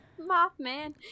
Mothman